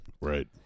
Right